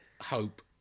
hope